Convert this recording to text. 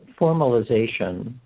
formalization